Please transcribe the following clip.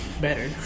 better